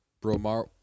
Bromar